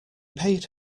paid